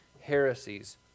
heresies